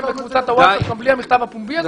בקבוצת הווטסאפ גם בלי המכתב הפומבי הזה,